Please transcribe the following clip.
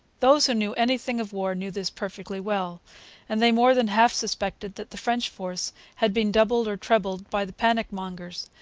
those who knew anything of war knew this perfectly well and they more than half suspected that the french force had been doubled or trebled by the panic-mongers.